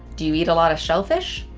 do you eat a lot of shellfish?